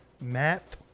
map